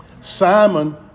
Simon